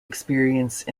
experience